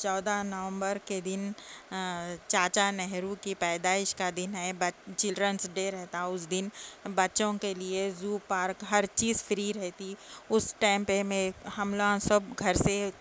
چودہ نومبر کےدن چاچا نہرو کی پیدائش کا دن ہے چلڈرنس ڈے رہتا اس دن بچوں کے لیے زو پارک ہر چیز فری رہتی اس ٹائم پہ میں ہم لوگاں سب گھر سے